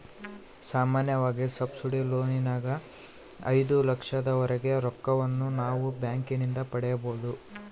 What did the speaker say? ಸಾಮಾನ್ಯವಾಗಿ ಸಬ್ಸಿಡಿ ಲೋನಿನಗ ಐದು ಲಕ್ಷದವರೆಗೆ ರೊಕ್ಕವನ್ನು ನಾವು ಬ್ಯಾಂಕಿನಿಂದ ಪಡೆಯಬೊದು